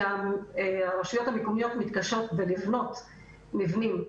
הרשויות המקומיות מתקשות בבניית מבנים.